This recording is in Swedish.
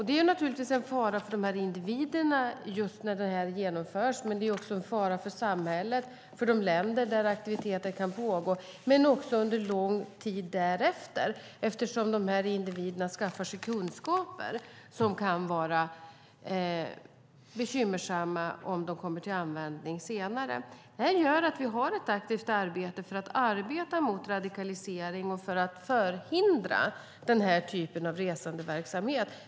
Det är naturligtvis en fara för dessa individer just när detta genomförs, men det är också en fara för samhället och för de länder där aktiviteter kan pågå men också under lång tid därefter eftersom dessa individer skaffar sig kunskaper som kan vara bekymmersamma om de kommer till användning senare. Detta gör att vi har ett aktivt arbete mot radikalisering och för att förhindra denna typ av resandeverksamhet.